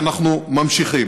כי אנחנו ממשיכים.